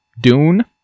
Dune